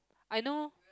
I know